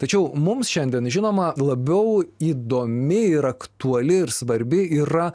tačiau mums šiandien žinoma labiau įdomi ir aktuali ir svarbi yra